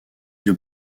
yeux